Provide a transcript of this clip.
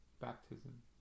baptism